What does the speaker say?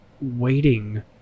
waiting